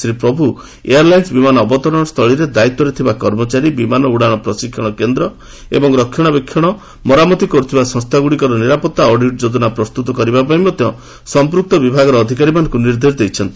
Shri Prabhu airlines ବିମାନ ଅବତରଣ ସ୍ଥଳୀର ଦାୟିତ୍ୱରେ ଥିବା କର୍ମଚାରୀ ବିମାନ ଉଡ଼ାଣ ପ୍ରଶିକ୍ଷଣ କେନ୍ଦ୍ର ଏବଂ ରକ୍ଷଣାବେକ୍ଷଣ ମରାମତି କର୍ତ୍ତିବା ସଂସ୍ଥାଗ୍ରଡ଼ିକର ନିରାପତ୍ତା ଅଡିଟ୍ ଯୋଜନା ପ୍ରସ୍ତତ କରିବା ପାଇଁ ମଧ୍ୟ ସଂପ୍ରକ୍ତ ବିଭାଗର ଅଧିକାରୀମାନଙ୍କୁ ନିର୍ଦ୍ଦେଶ ଦେଇଛନ୍ତି